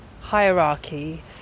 hierarchy